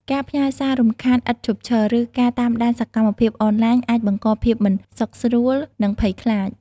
ការផ្ញើសាររំខានឥតឈប់ឈរ ឬការតាមដានសកម្មភាពអនឡាញ អាចបង្កភាពមិនសុខស្រួល និងភ័យខ្លាច។